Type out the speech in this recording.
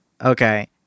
Okay